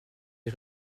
est